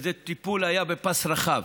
וזה היה טיפול בפס רחב: